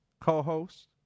co-host